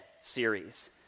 series